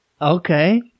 Okay